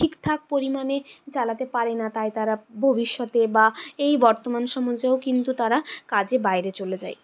ঠিকঠাক পরিমাণে চালাতে পারে না তাই তারা ভবিষ্যতে বা এই বর্তমান সমাজেও কিন্তু তারা কাজে বাইরে চলে যায়